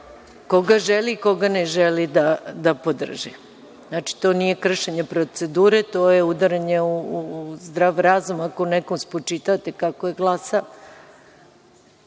koga želi, koga ne želi da podrži. Znači, to nije kršenje procedure, to je udaranje u zdrav razum ako nekome spočitate kako glasa. Reč